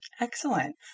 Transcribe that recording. Excellent